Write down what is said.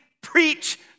preach